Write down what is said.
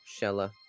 Shella